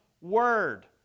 word